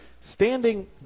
Standing